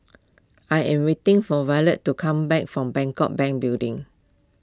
I am waiting for Evertt to come back from Bangkok Bank Building